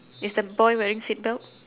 is the boy wearing seat belt